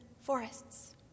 forests